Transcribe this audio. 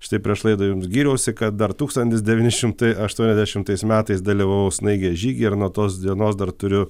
štai prieš laidą jums gyriausi kad dar tūkstantis devyni šimtai aštuoniasdešimtais metais dalyvavau snaigės žygyje ir nuo tos dienos dar turiu